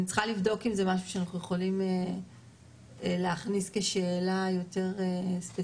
אני צריכה לבדוק אם זה משהו שאנחנו יכולים להכניס כשאלה יותר ספיציפית.